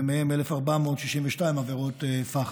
ומהן 1,462 עבירות פח"ע.